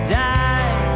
die